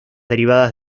derivadas